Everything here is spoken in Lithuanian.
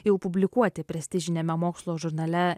jau publikuoti prestižiniame mokslo žurnale